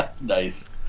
Nice